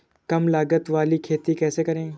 कम लागत वाली खेती कैसे करें?